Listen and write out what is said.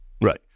right